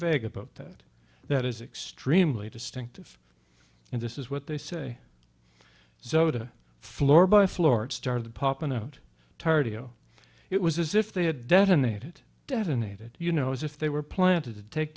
about that that is extremely distinctive and this is what they say soda floor by floor it started popping out tardio it was as if they had detonated detonated you know as if they were planted to take